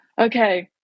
okay